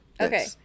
Okay